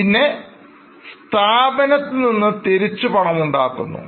പിന്നെ സ്ഥാപനത്തിൽനിന്ന് തിരിച്ചു പണമുണ്ടാക്കുന്നു